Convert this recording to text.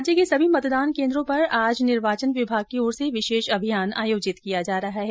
राज्य के सभी मतदान केन्द्रो पर आज निर्वाचन विभाग की ओर से विशेष अभियान आयोजित किया जा रहा है